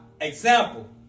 example